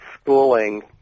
schooling